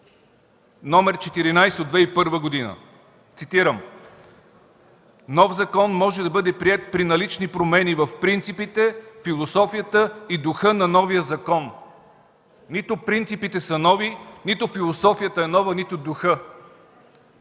–№ 14 от 2001 г.! Цитирам: „Нов закон може да бъде приет при налични промени в принципите, философията и духа на новия закон”! Нито принципите са нови, нито философията е нова, нито духът!